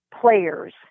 players